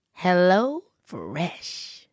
HelloFresh